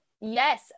Yes